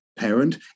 parent